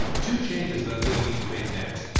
to change is that i'm going to need to make next.